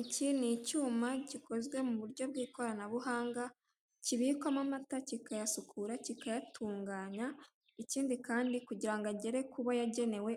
Iki ni icyuma gikozwe mu buryo bw'ikoranabuhanga kibikwamo amata kikayasukura, kikayatunganya. Ikindi kandi kugira ngo agere kubo yagenewe